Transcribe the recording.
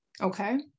Okay